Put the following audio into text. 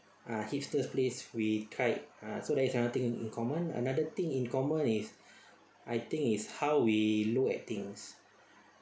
ah hipster place we tried ah so that is something in common another thing in common is I think is how we look at things